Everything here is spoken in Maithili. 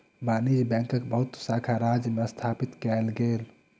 वाणिज्य बैंकक बहुत शाखा राज्य में स्थापित कएल गेल